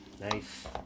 nice